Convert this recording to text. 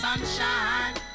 Sunshine